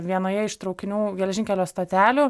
vienoje iš traukinių geležinkelio stotelių